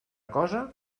cosa